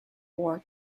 war